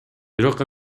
бирок